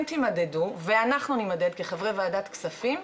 תימדדו ואנחנו נימדד כחברי ועדת כספים,